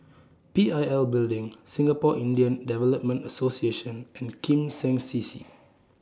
P I L Building Singapore Indian Development Association and Kim Seng C C